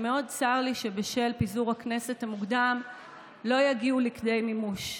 שמאוד צר לי שבשל פיזור הכנסת המוקדם לא יגיעו לכדי מימוש.